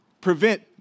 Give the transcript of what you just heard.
prevent